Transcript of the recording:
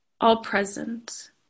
all-present